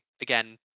Again